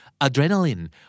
Adrenaline